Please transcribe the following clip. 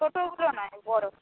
ছোটোগুলো নয় বড়